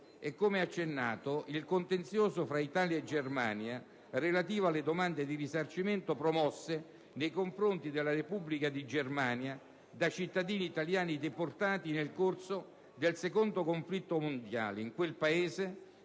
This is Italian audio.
è, come accennato, il contenzioso fra Italia e Germania relativo alle domande di risarcimento promosse nei confronti della Repubblica di Germania da cittadini italiani deportati nel corso del secondo conflitto mondiale in quel Paese